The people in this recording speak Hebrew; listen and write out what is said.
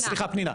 סליחה, פנינה.